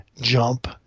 jump